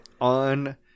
on